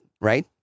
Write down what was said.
right